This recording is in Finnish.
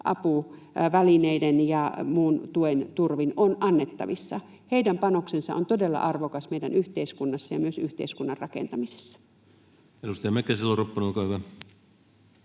apuvälineiden ja muun tuen turvin on annettavissa. Heidän panoksensa on todella arvokas meidän yhteiskunnassamme ja myös yhteiskunnan rakentamisessa. Edustaja Mäkisalo-Ropponen, olkaa hyvä.